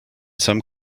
some